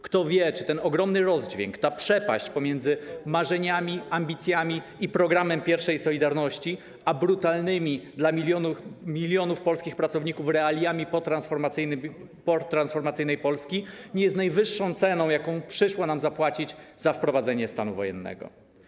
Kto wie, czy ten ogromny rozdźwięk, ta przepaść pomiędzy marzeniami, ambicjami i programem pierwszej „Solidarności” a brutalnymi dla milionów polskich pracowników realiami potransformacyjnej Polski nie jest najwyższą ceną, jaką przyszło nam zapłacić za wprowadzenie stanu wojennego?